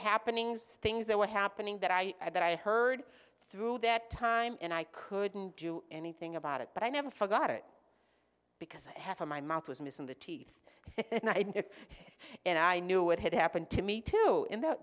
happenings things that were happening that i thought i heard through that time and i couldn't do anything about it but i never forgot it because half of my mouth was missing the teeth and i knew what had happened to me to